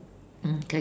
mm okay